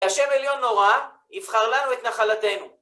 ישב עליון נורא, יבחר לנו את נחלתנו.